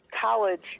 college